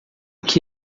que